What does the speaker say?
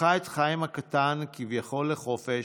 לקחה את חיים הקטן כביכול לחופש,